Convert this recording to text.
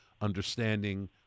understanding